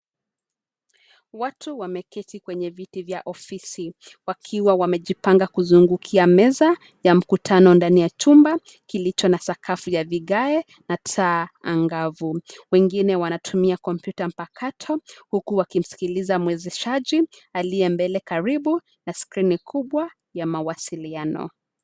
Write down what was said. Watu wameketi kwenye viti vya ofisi , wakiwa wamejipanga kuzungukia meza ya mkutano ndani ya chumba kilicho na sakafu ya vigae na taa angavu. Wengine wanatumia kompyuta mpakato huku wakimsikiliza mwezeshaji aliye mbele karibu na skrini kubwa ya mawasiliano.